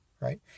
right